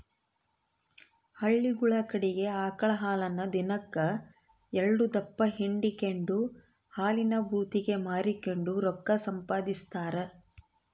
ಹಳ್ಳಿಗುಳ ಕಡಿಗೆ ಆಕಳ ಹಾಲನ್ನ ದಿನಕ್ ಎಲ್ಡುದಪ್ಪ ಹಿಂಡಿಕೆಂಡು ಹಾಲಿನ ಭೂತಿಗೆ ಮಾರಿಕೆಂಡು ರೊಕ್ಕ ಸಂಪಾದಿಸ್ತಾರ